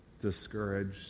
discouraged